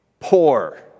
Poor